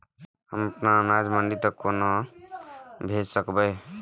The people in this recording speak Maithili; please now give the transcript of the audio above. हम अपन अनाज मंडी तक कोना भेज सकबै?